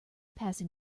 passing